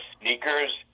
sneakers